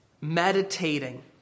meditating